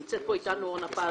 נמצאת פה איתנו אורנה פז,